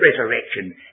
resurrection